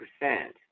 percent